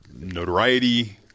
notoriety